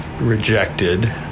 rejected